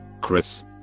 Chris